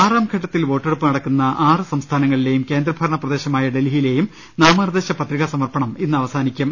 ആറാംഘട്ടത്തിൽ വോട്ടെടുപ്പ് നടക്കുന്ന ആറ്റ് സംസ്ഥാന ങ്ങളിലെയും കേന്ദ്രഭരണ പ്രദേശമായ ഡൽഹിയിലേയും നാമ നിർദ്ദേശ പത്രിക സമർപ്പണം ഇന്ന് അവസാനിക്കും